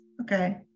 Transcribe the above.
Okay